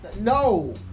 No